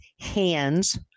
hands